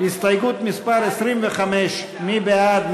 הסתייגות מס' 25. מי בעד?